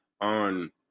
on